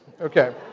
Okay